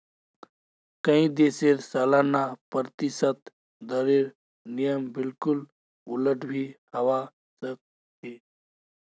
कई देशत सालाना प्रतिशत दरेर नियम बिल्कुल उलट भी हवा सक छे